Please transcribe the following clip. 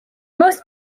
most